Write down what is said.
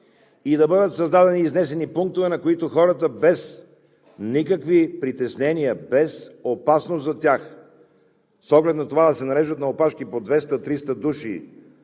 да бъдат създадени изнесени пунктове, на които хората без никакви притеснения, без опасност за тях с оглед на това да се нареждат на опашки по 200 – 300 души